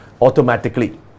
automatically